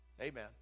amen